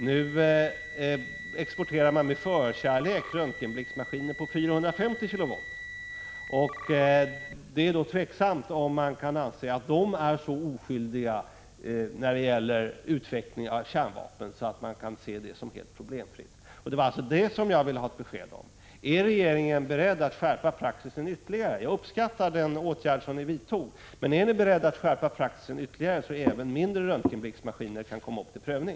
Nu exporterar man med förkärlek röntgenblixtmaskiner på 450 kilovolt, och det är tveksamt om man kan anse att de är så oskyldiga när det gäller utvecklingen av kärnvapen att man kan se denna export som helt problemfri. Det var alltså detta som jag ville ha besked om. Jag uppskattar den åtgärd som regeringen vidtog, men är regeringen beredd att skärpa praxis ytterligare så att även mindre röntgenblixtmaskiner kan komma till prövning?